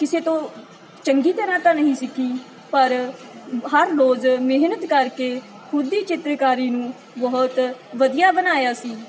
ਕਿਸੇ ਤੋਂ ਚੰਗੀ ਤਰ੍ਹਾਂ ਤਾਂ ਨਹੀਂ ਸਿੱਖੀ ਪਰ ਹਰ ਰੋਜ਼ ਮਿਹਨਤ ਕਰਕੇ ਖੁਦ ਹੀ ਚਿੱਤਰਕਾਰੀ ਨੂੰ ਬਹੁਤ ਵਧੀਆ ਬਣਾਇਆ ਸੀ